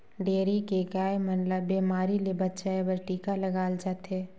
dairy के गाय मन ल बेमारी ले बचाये बर टिका लगाल जाथे